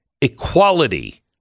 Equality